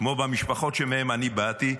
כמו במשפחות שמהן אני באתי,